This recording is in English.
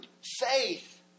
faith